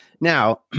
Now